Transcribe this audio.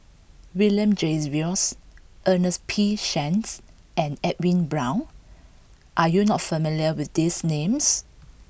William Jervois Ernest P Shanks and Edwin Brown are you not familiar with these names